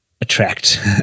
attract